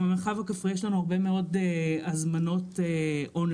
במרחב הכפרי גם יש לנו הרבה מאוד הזמנות און-ליין